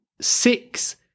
six